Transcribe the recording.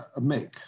make